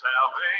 Salvation